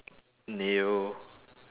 ne-yo